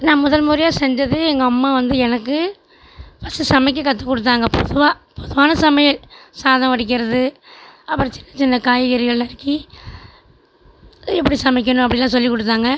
நான் முதல் முறையாக செஞ்சது எங்கள் அம்மா வந்து எனக்கு ஃபர்ஸ்ட் சமைக்க கற்று கொடுத்தாங்க பொதுவாக பொதுவான சமையல் சாதம் வடிக்கிறது அப்புறம் சின்ன சின்ன காய்கறிகள் நறுக்கி எப்படி சமைக்கணும் அப்படின்னுல்லாம் சொல்லி கொடுத்தாங்க